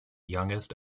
youngest